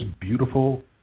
beautiful